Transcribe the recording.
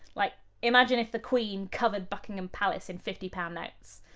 like, imagine if the queen covered buckingham palace in fifty pounds notes!